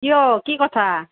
কিয় কি কথা